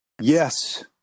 Yes